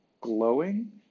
glowing